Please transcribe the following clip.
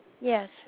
Yes